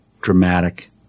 dramatic